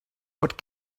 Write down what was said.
what